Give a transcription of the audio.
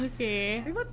Okay